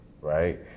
right